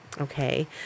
Okay